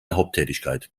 haupttätigkeit